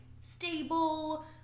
stable